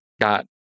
got